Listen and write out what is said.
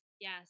yes